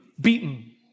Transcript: beaten